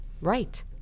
Right